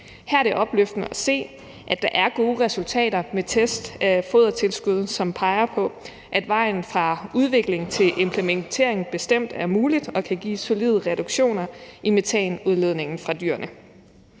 Her er det opløftende at se, at der er gode resultater i forbindelse med test af fodertilskud, som peger på, at vejen fra udvikling til implementering bestemt er mulig og kan give solide reduktioner i metanudledningen fra dyrene.